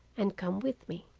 and come with me.